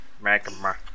Magma